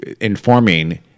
informing